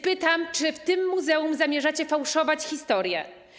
Pytam więc, czy w tym muzeum zamierzacie fałszować historię.